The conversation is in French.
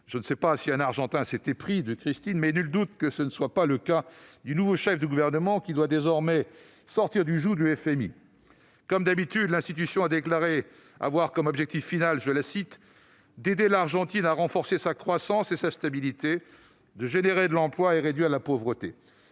Je ne sais pas si un Argentin s'est épris de « Christine », mais nul doute que tel n'est pas le cas du nouveau chef du gouvernement, qui doit désormais soustraire son pays au joug du FMI. Comme d'habitude, l'institution a déclaré avoir pour objectif final d'« aider l'Argentine à renforcer sa croissance et sa stabilité, générer de l'emploi, réduire la pauvreté ».